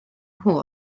nhw